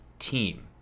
Team